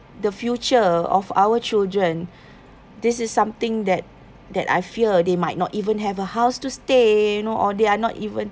the future of our children this is something that that I fear they might not even have a house to stay you know or they are not even